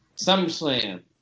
SummerSlam